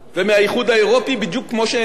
בדיוק כמו שאיננו חלק מנאט"ו.